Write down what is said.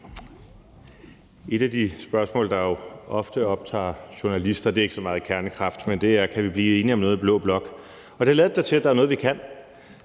Et af de spørgsmål, der jo ofte optager journalister, er ikke så meget kernekraft, men det er, om vi kan blive enige om noget i blå blok, og det lader det da til at vi kan.